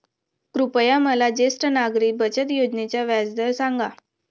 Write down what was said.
कृपया मला ज्येष्ठ नागरिक बचत योजनेचा व्याजदर सांगा